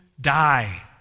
die